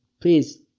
please